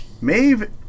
Maeve